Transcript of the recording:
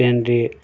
ଟ୍ରେନ୍ଟି